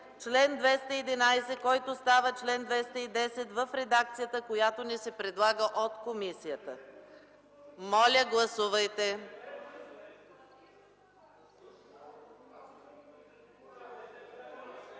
чл. 211, който става чл. 210, в редакцията, която ни се предлага от комисията. (Реплики от